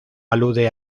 alude